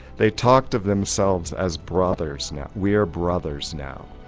they talked of themselves as brothers now, we are brothers now,